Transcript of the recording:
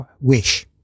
wish